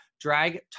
Drag